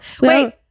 Wait